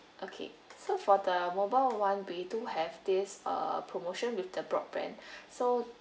okay so for the mobile [one] we do have this uh promotion with the broadband so